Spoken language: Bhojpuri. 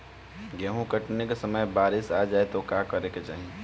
गेहुँ कटनी के समय बारीस आ जाए तो का करे के चाही?